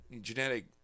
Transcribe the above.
genetic